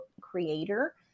Creator